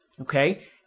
okay